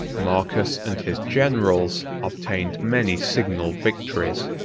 marcus and his generals obtained many signal victories,